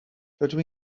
rydw